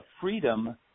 freedom